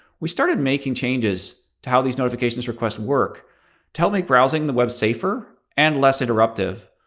we started making changes to how these notifications request work to help make browsing the web safer and less interruptive.